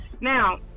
now